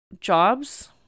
jobs